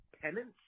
penance